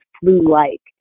flu-like